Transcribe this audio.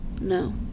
No